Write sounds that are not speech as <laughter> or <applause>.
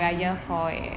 <noise>